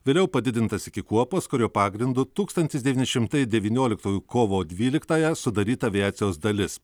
vėliau padidintas iki kuopos kurio pagrindu tūkstantis devyni šimtai devynioliktųjų kovo dvyliktąją sudaryta aviacijos dalis